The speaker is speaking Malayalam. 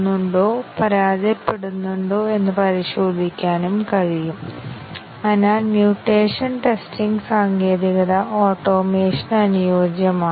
അതിനാൽ കോഡ് മനസിലാക്കുന്നതിലൂടെ പ്രോഗ്രാമിലൂടെ എല്ലാ പാത്തുകളും സഞ്ചരിക്കാൻ ഞങ്ങൾ ആവശ്യപ്പെടും പാത്തുകൾ കൂടുതൽ വ്യക്തമാണെങ്കിൽ കോഡിലെ എല്ലാ പാത്തുകളിലൂടെയും സഞ്ചരിക്കാൻ ദീർഘനേരം ചെലവഴിക്കേണ്ടിവരും